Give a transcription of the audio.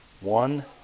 one